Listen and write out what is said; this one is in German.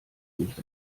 nicht